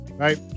Right